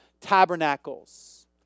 tabernacles